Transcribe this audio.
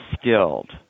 skilled